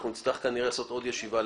אנחנו נצטרך לעשות עוד ישיבה,